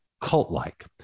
cult-like